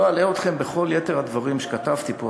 לא אלאה אתכם בכל יתר הדברים שכתבתי פה,